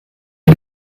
ich